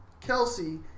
Kelsey